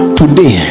today